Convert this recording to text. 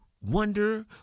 wonder